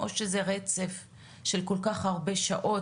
או שזה רצף של כל כך הרבה שעות,